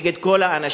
נגד כל האנשים.